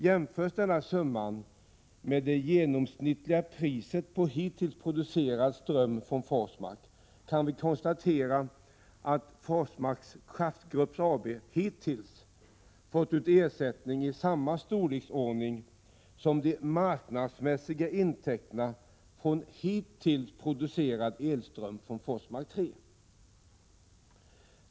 Jämförs denna summa med det genomsnittliga priset på hittills producerad ström från Forsmark 3 kan vi konstatera att Forsmarks Kraftgrupp AB hittills fått ut ersättning i samma storleksordning som de marknadsmässiga intäkterna från hittills producerad elström från Forsmark 3.